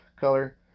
color